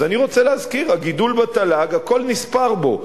אז אני רוצה להזכיר, הגידול בתל"ג, הכול נספר בו.